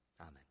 Amen